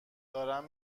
دارم